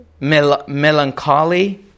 melancholy